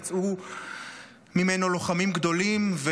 יצאו ממנו לוחמים גדולים,